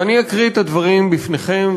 ואני אקריא את הדברים בפניכם,